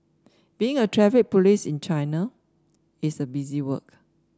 being a Traffic Police in China is busy work